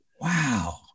Wow